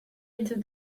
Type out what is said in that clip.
into